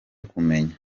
kumenya